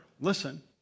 listen